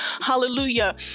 hallelujah